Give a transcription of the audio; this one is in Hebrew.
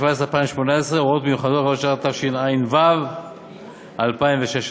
ו-2018 (הוראות מיוחדות) (הוראת שעה),